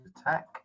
attack